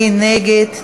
מי נגד?